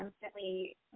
constantly